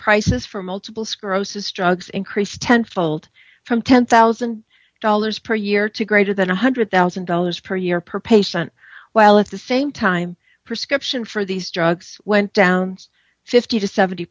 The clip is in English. prices for multiple sclerosis drugs increased tenfold from ten thousand dollars per year to greater than one hundred thousand dollars per year per patient while at the same time prescription for these drugs went down fifty to seventy